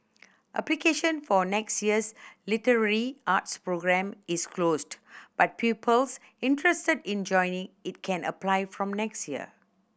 application for next year's literary arts programme is closed but pupils interested in joining it can apply from next year